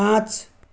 पाँच